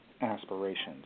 aspirations